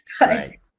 Right